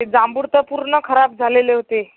ते जांभूळ तर पूर्ण खराब झालेले होते